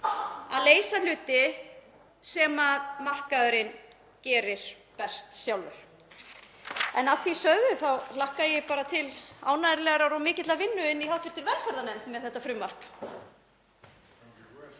að leysa hluti sem markaðurinn gerir best sjálfur. En að því sögðu þá hlakka ég bara til ánægjulegrar og mikillar vinnu í hv. velferðarnefnd með þetta frumvarp.